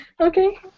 Okay